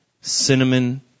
cinnamon